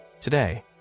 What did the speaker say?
today